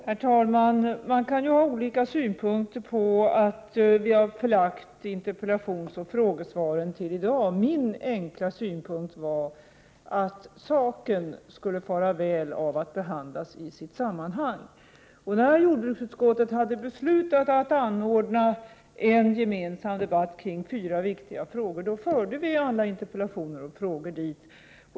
Herr talman! Man kan ju ha olika synpunkter på att vi har förlagt interpellationsoch frågesvaren till den här dagen. Min enkla synpunkt var att saken skulle må väl av att behandlas i sitt sammanhang. När jordbruksutskottet hade beslutat att anordna en gemensam debatt kring fyra viktiga frågor, förde vi alla interpellationer och frågor dit.